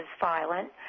violent